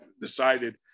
decided